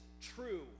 true